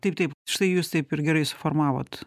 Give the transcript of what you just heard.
taip taip štai jūs taip ir gerai suformavot